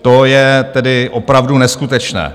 To je tedy opravdu neskutečné.